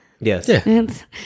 Yes